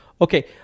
Okay